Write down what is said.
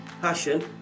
passion